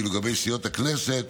ואילו לגבי סיעות הכנסת,